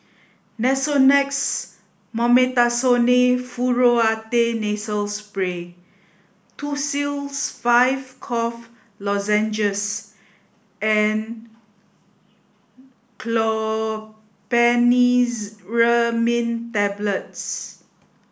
Nasonex Mometasone Furoate Nasal Spray Tussils Five Cough Lozenges and Tablets